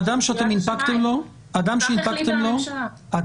כך החליטה הממשלה.